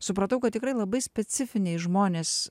supratau kad tikrai labai specifiniai žmonės